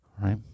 right